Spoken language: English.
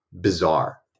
bizarre